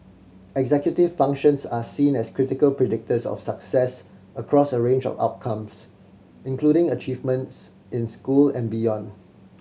executive functions are seen as critical predictors of success across a range of outcomes including achievements in school and beyond